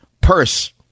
purse